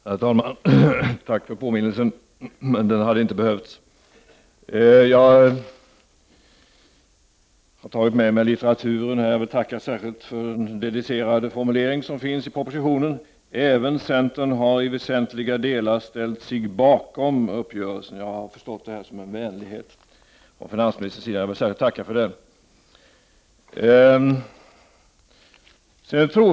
Herr talman! Tack för påminnelsen, men den hade inte behövts. Jag har tagit med mig litteratur som jag har här. Jag tackar särskilt för den dedicerade formuleringen som finns i propositionen: ”Även centern har i väsentliga delar ställt sig bakom uppgörelsen.” Jag har sett detta som en vänlighet från finansministerns sida, och jag vill särskilt tacka för den.